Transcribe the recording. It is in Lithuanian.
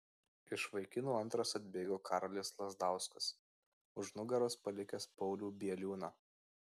iš vaikinų antras atbėgo karolis lazdauskas už nugaros palikęs paulių bieliūną